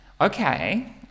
okay